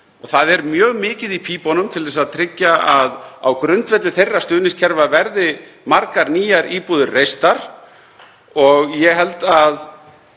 Það er mjög mikið í pípunum til að tryggja að á grundvelli þeirra stuðningskerfa verði margar nýjar íbúðir reistar. Ég held að